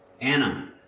Anna